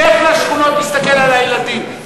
לך לשכונות, תסתכל על הילדים.